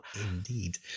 indeed